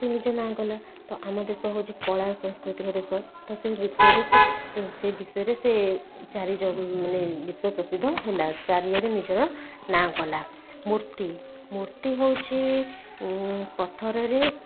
ସିଏ ନିଜ ନାଁ କଲା ତ ଆମ ଦେଶ ହେଉଛି କଳା ସଂସ୍କୃତିର ଦେଶ ତ ସେ ବିଷୟରେ ସେ ସେ ବିଷୟରେ ସେ ଚାରି ଜ ମାନେ ବିଶ୍ଵ ପ୍ରସିଦ୍ଧ ହେଲା ଚାରିଆଡ଼େ ନିଜର ନାଁ କଲା ମୂର୍ତ୍ତି ମୂର୍ତ୍ତି ହେଉଛି ପଥରରେ